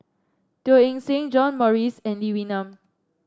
Teo Eng Seng John Morrice and Lee Wee Nam